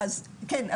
כן,